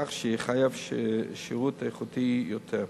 כך שיחייב שירות איכותי יותר.